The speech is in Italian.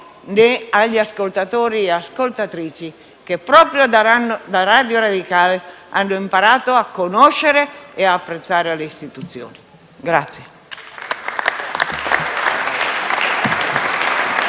né agli ascoltatori e alle ascoltatrici, che proprio da Radio Radicale hanno imparato a conoscere e apprezzare le istituzioni.